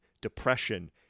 depression